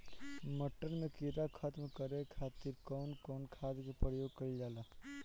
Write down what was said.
मटर में कीड़ा खत्म करे खातीर कउन कउन खाद के प्रयोग कईल जाला?